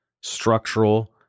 structural